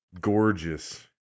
Gorgeous